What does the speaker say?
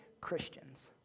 Christians